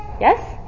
Yes